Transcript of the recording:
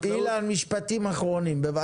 אילן, משפטים אחרונים.